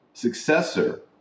Successor